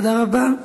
תודה רבה.